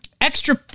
extra